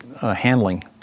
handling